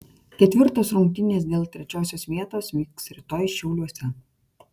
ketvirtos rungtynės dėl trečiosios vietos vyks rytoj šiauliuose